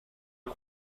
han